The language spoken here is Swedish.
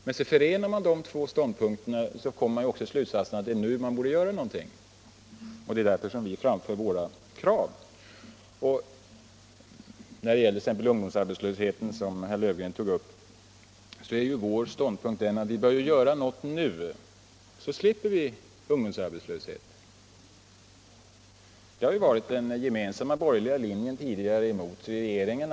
Men förenar man de två ståndpunkterna blir också slutsatsen att det är nu man borde göra någonting. Det är därför vi framför våra krav. När det t.ex. gäller ungdomsarbetslösheten, som herr Löfgren tog upp, är vår ståndpunkt att vi bör göra något nu, så vi slipper ungdomsarbetslöshet. Det har tidigare varit den gemensamma borgerliga linjen mot regeringen.